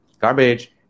garbage